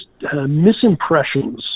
misimpressions